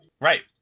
Right